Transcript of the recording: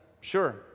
sure